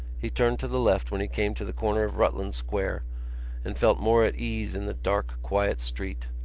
he turned to the left when he came to the corner of rutland square and felt more at ease in the dark quiet street,